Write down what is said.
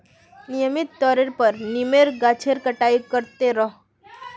नियमित तौरेर पर नीमेर गाछेर छटाई कर त रोह